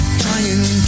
trying